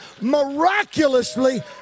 miraculously